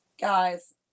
Guys